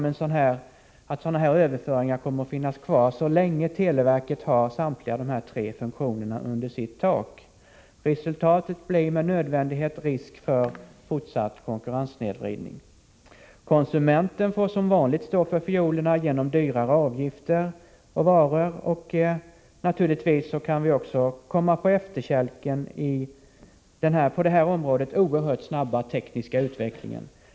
Misstanken om sådana här överföringar kommer att finnas kvar så länge televerket har samtliga tre funktioner som här nämnts under sitt tak. Resultatet blir med nödvändighet att man riskerar en fortsatt konkurrenssnedvridning. Konsumenten får som vanligt stå för fiolerna, genom högre avgifter och dyrare varor. Naturligtvis kan vi också komma på efterkälken i fråga om den på det här området oerhört snabba tekniska utvecklingen.